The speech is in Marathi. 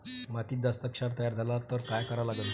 मातीत जास्त क्षार तयार झाला तर काय करा लागन?